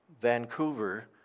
Vancouver